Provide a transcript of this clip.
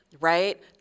right